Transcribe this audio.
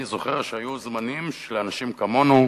אני זוכר שהיו זמנים שלאנשים כמונו,